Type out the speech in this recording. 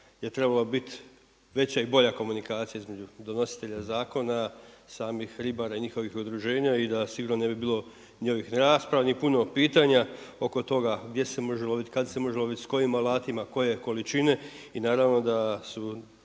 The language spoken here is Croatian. je trebala bit veća i bolja komunikacija između donositelja zakona, samih ribara i njihovih udruženja i da sigurno ne bi bilo novih rasprava ni puno pitanja oko toga gdje se može lovit, kad se može lovit, sa kojim alatima, koje količine. I naravno da su